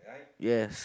yes